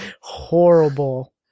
horrible